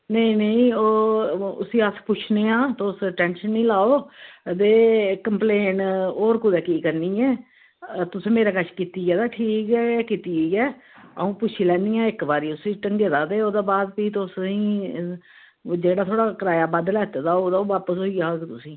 नेईं नेईं उसी अस पुच्छनेआं तुस टेंशन निं लैओ ते कंप्लेन होर कुदै की करनी ऐ तुसें मेरे कश कीती ऐ ते ठीक गै कीती ऐ अं'ऊ पुच्छी लैन्नी आं इक्क बारी ढंगै दा ते भी उसगी तुआहीं जेह्ड़ा थुआढ़ा किराया बद्ध लैते दा होग ओह् बापस होई जाह्ग तुसेंगी